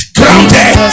grounded